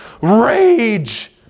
Rage